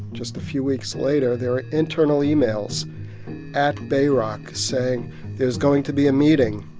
just a few weeks later, there are internal emails at bayrock, saying there's going to be a meeting.